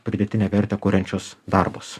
pridėtinę vertę kuriančius darbus